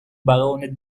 barone